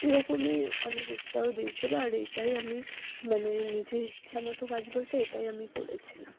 এরকমই অনেক উৎসাহ দিয়েছিল আর এটাই আমি মানে নিজের ইচ্ছামতো কাজ বলতে এটাই আমি করেছিলাম